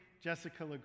Jessica